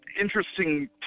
interesting